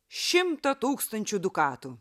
šimto tūkstančių dukatų